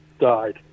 died